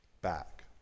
back